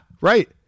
right